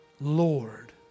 Lord